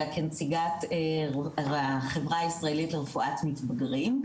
אלא כנציגת החברה הישראלית לרפואת מתבגרים,